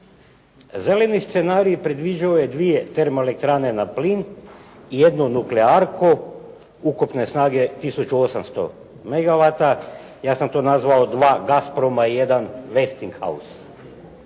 Zeleni scenarij predviđao je dvije termoelektrane na plin, jednu nuklearku ukupne snage tisuću 800 megawata. Ja sam to nazvao "Dva Gasproma i jedan Westing hous".